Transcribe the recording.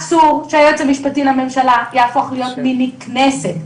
אסור שהיועץ המשפטי לממשלה יהפוך להיות מיני כנסת.